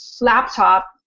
laptop